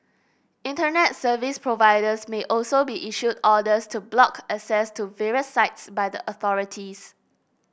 Internet Service Providers may also be issued orders to block access to various sites by the authorities